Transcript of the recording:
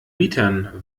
mietern